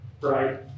right